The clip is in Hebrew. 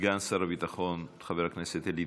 סגן שר הביטחון חבר הכנסת אלי